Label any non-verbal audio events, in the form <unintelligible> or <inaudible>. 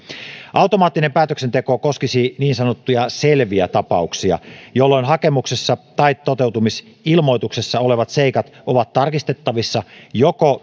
automaattinen päätöksenteko koskisi niin sanottuja selviä tapauksia jolloin hakemuksessa tai toteutusilmoituksessa olevat seikat ovat tarkistettavissa joko <unintelligible>